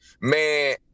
man